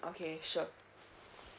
okay sure